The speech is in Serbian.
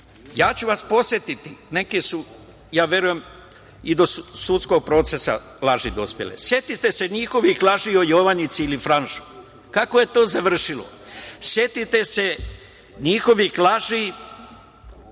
Ja ću vas podsetiti, neke su, ja verujem i do sudskog procesa laži dospele. Setite se njihovih laži o „Jovanjici“ ili „Franšu“. Kako je to završilo? Setite se njihovih laži